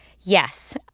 Yes